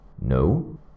No